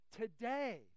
today